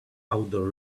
outdoor